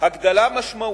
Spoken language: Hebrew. הגדלה משמעותית.